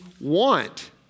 want